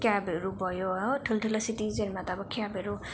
क्याबहरू भयो हो ठुल्ठुलो सिटिजहरूमा त अब क्याबहरू